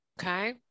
Okay